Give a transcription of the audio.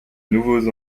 nouveaux